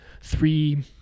three